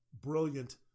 brilliant